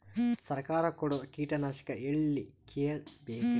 ಸರಕಾರ ಕೊಡೋ ಕೀಟನಾಶಕ ಎಳ್ಳಿ ಕೇಳ ಬೇಕರಿ?